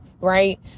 right